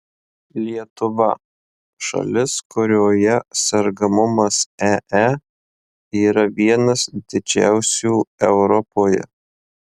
lietuva šalis kurioje sergamumas ee yra vienas didžiausių europoje